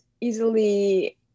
easily